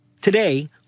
Today